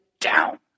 down